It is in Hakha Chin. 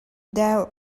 deuh